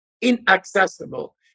inaccessible